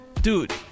Dude